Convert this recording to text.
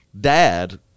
dad